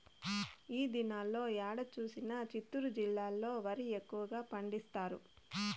ఈ దినాల్లో ఏడ చూసినా చిత్తూరు జిల్లాలో వరి ఎక్కువగా పండిస్తారు